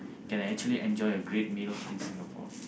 can actually enjoy a great meal in Singapore